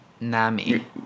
Nami